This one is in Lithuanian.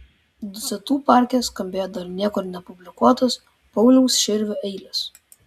dusetų parke skambėjo dar niekur nepublikuotos pauliaus širvio eilės